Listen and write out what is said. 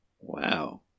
Wow